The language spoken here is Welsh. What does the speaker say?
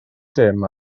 dim